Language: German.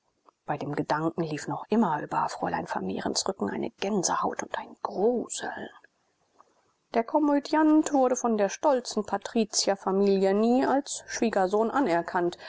bei dem gedanken lief noch immer über fräulein vermehrens rücken eine gänsehaut und ein gruseln der komödiant wurde von der stolzen patrizierfamilie nie als schwiegersohn anerkannt